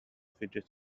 fidget